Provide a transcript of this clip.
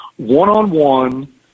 one-on-one